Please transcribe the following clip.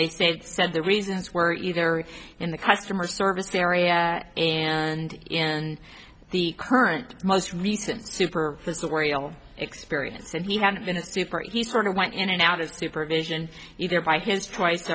state said the reasons were either in the customer service area and and the current most recent super experience and he had been a super he sort of went in and out of supervision either by his twice